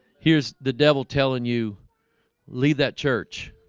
here's the devil telling you leave that church